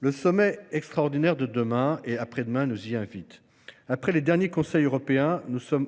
Le sommet extraordinaire qui se tiendra demain et après-demain nous y invite. Après les derniers Conseils européens, nous sommes